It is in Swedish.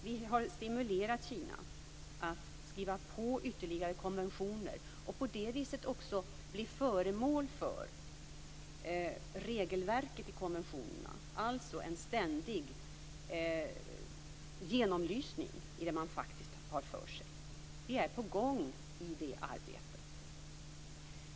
Vi har stimulerat Kina att skriva på ytterligare konventioner och att på det sättet också bli föremål för regelverket i konventionerna, dvs. en ständig genomlysning i det man har för sig. Vi är på gång i det arbetet.